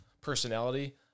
personality